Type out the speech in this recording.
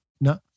No